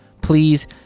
please